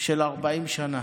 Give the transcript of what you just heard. של 40 שנה,